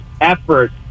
effort